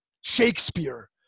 Shakespeare